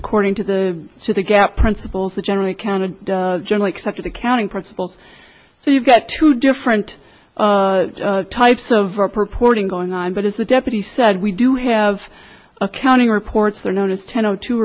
according to the to the gap principles that generally counted generally accepted accounting principles so you've got two different types of purporting going on but as the deputy said we do have accounting reports they're known as ten o two